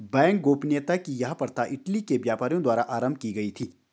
bank गोपनीयता की यह प्रथा इटली के व्यापारियों द्वारा आरम्भ की गयी थी